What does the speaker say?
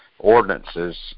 Ordinances